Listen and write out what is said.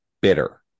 bitter